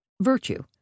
virtue